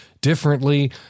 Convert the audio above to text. differently